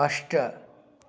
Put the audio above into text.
अष्ट